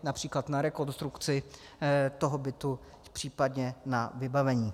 Například na rekonstrukci toho bytu, případně na vybavení.